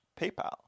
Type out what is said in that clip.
PayPal